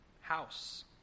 house